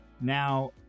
Now